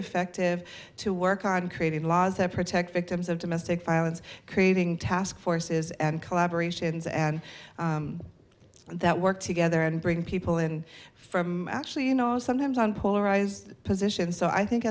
effective to work on creating laws that protect victims of domestic violence creating task forces and collaboration's and that work together and bring people in from actually you know sometimes on polarized positions so i think